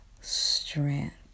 strength